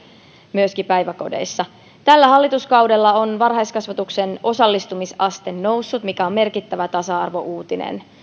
myöskin päiväkodeissa tällä hallituskaudella varhaiskasvatuksen osallistumisaste on noussut mikä on merkittävä tasa arvouutinen